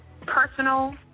personal